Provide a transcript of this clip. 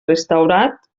restaurat